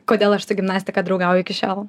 kodėl aš su gimnastika draugauju iki šiol